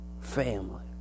family